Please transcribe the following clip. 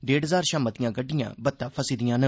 डेढ़ हजार शा मतियां गड्डियां बत्ता फसी दिआं न